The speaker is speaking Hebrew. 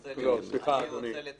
אני רוצה לציין --- לא, סליחה, אדוני.